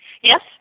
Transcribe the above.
Yes